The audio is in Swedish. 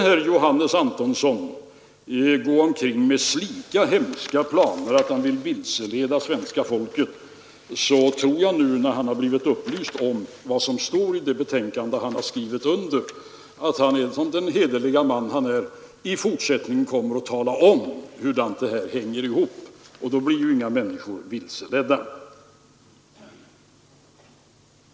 Och skulle Johannes Antonsson gå omkring med slika hemska planer som att vilseleda svenska folket, tror jag att han nu — när han blivit upplyst om vad som står i det betänkande han skrivit under — som den hederlige man han är, i fortsättningen kommer att tala om hur det hänger ihop, och då blir ju inga människor vilseledda.